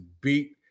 beat